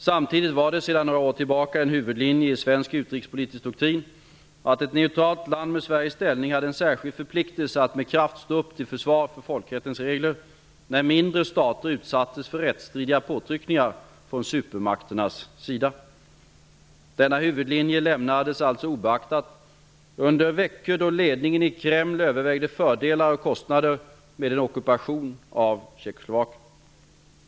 Samtidigt var det sedan några år tillbaka en huvudlinje i svensk utrikespolitisk doktrin, att ett neutralt land med Sveriges ställning hade en särskild förpliktelse att med kraft stå upp till försvar för folkrättens regler, när mindre stater utsattes för rättsstridiga påtryckningar från supermakternas sida. Denna huvudlinje lämnades alltså obeaktad under de veckor då ledningen i Kreml övervägde fördelar och kostnader med en ockupation av Tjeckoslovakien.